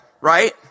right